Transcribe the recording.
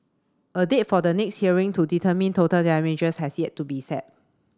a date for the next hearing to determine total damages has yet to be set